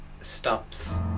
stops